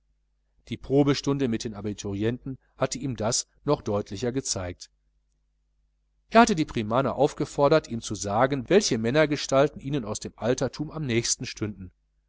die probestunde mit den abiturienten hatte ihm das noch deutlicher gezeigt er hatte die primaner aufgefordert ihm zu sagen welche männergestalten ihnen aus dem altertum am nächsten stünden